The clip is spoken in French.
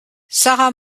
sarah